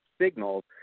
signals